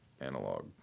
analog